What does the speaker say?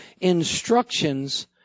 instructions